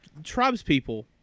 tribespeople